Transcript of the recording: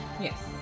Yes